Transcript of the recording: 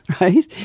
right